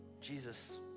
Jesus